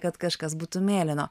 kad kažkas būtų mėlyno